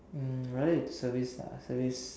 um I think it's service ah service